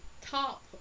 top